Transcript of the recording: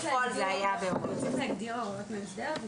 בפועל זה היה בהוראות מאסדר.